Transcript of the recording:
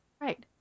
Right